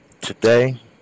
today